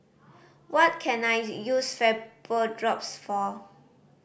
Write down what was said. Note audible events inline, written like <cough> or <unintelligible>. what can I <unintelligible> use Vapodrops for